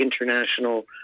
International